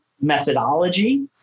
methodology